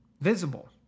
Visible